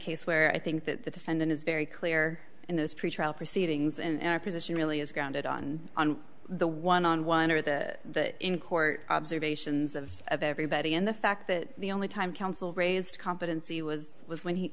case where i think that the defendant is very clear in those pretrial proceedings and our position really is grounded on on the one on one or the in court observations of of everybody and the fact that the only time counsel raised competency was was when he